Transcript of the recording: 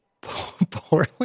poorly